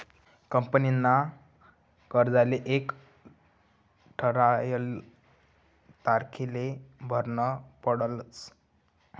कंपनीना कर्जले एक ठरायल तारीखले भरनं पडस